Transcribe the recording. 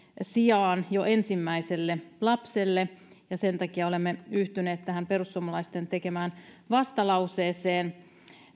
sijaan jo ensimmäiselle lapselle sen takia olemme yhtyneet tähän perussuomalaisten tekemään vastalauseeseen